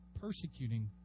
persecuting